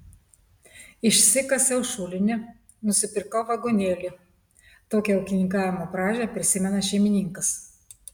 išsikasiau šulinį nusipirkau vagonėlį tokią ūkininkavimo pradžią prisimena šeimininkas